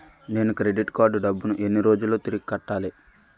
నేను credit card డబ్బును ఎన్ని రోజుల్లో తిరిగి కట్టాలి?